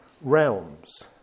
realms